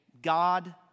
God